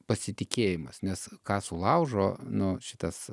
pasitikėjimas nes ką sulaužo nu šitas